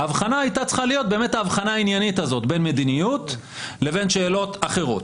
ההבחנה הייתה צריכה להיות הבחנה עניינית בין מדיניות לבין שאלות אחרות,